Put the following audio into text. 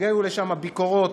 הגיעו לשם הביקורות,